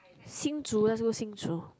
Hsinchu leh let's go Hsinchu